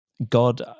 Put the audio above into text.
God